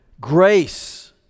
grace